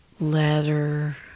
letter